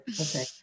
Okay